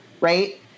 right